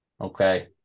okay